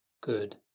good